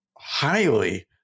highly